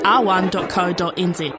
r1.co.nz